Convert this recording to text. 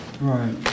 Right